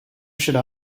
should